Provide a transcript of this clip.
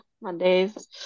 Mondays